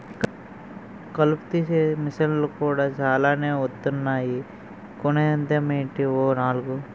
కలుపు తీసే మిసన్లు కూడా సాలానే వొత్తన్నాయ్ కొనేద్దామేటీ ఓ నాలుగు?